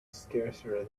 scarcer